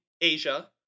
Asia